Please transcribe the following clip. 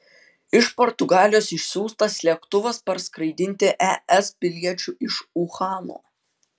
iš portugalijos išsiųstas lėktuvas parskraidinti es piliečių iš uhano